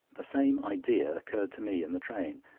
the same idea occurred to me in the train.